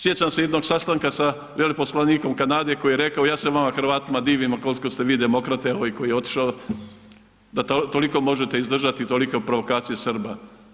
Sjećam se jednog sastanka sa veleposlanikom Kanade koji je rekao ja se vama Hrvatima divim koliko ste vi demokrate ovi koji je otišao, da toliko možete izdržati, tolike provokacije Srba.